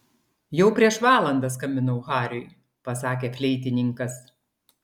jau prieš valandą skambinau hariui pasakė fleitininkas